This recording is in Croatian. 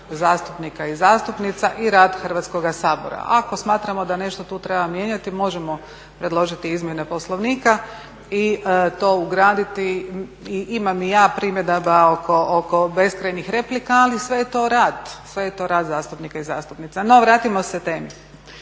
zastupnika i zastupnica i rad Hrvatskoga sabora. Ako smatramo da nešto tu treba mijenjati, možemo predložiti izmjene Poslovnika i to ugraditi. I imam i ja primjedaba oko beskrajnih replika, ali sve je to rad, sve je to rad zastupnika i zastupnica. No, vratimo se temi.